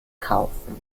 kaufen